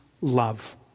love